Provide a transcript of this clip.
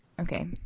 Okay